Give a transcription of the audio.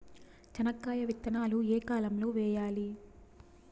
చెనక్కాయ విత్తనాలు ఏ కాలం లో వేయాలి?